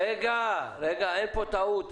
רגע, אין פה טעות.